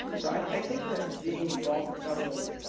so i think that being involved in federal,